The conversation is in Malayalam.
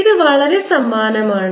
ഇത് വളരെ സമാനമാണ്